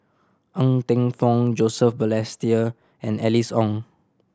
Ng Teng Fong Joseph Balestier and Alice Ong